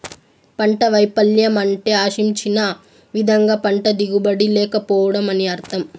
పంట వైపల్యం అంటే ఆశించిన విధంగా పంట దిగుబడి లేకపోవడం అని అర్థం